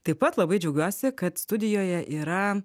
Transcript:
taip pat labai džiaugiuosi kad studijoje yra